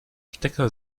stecker